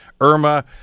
Irma